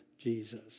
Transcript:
Jesus